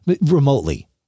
remotely